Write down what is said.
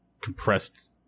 compressed